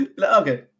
okay